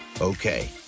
Okay